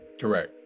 Correct